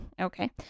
Okay